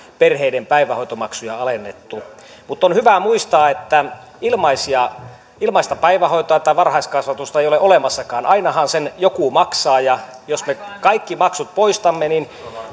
perheiden päivähoitomaksuja alennettu mutta on hyvä muistaa että ilmaista päivähoitoa tai varhaiskasvatusta ei ole olemassakaan ainahan sen joku maksaa ja jos me kaikki maksut poistamme niin